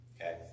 Okay